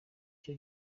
cyo